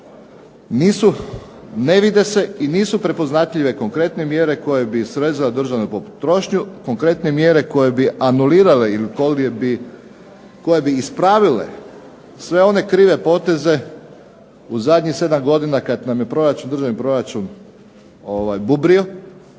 ne vide se i nisu prepoznatljive konkretne mjere koje bi srezale državnu potrošnju, konkretne mjere koje bi anulirale i koje bi ispravile sve one krive poteze u zadnjih 7 godina kada nam je državni proračun bubrio,